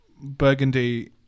Burgundy